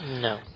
No